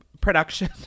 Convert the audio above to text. production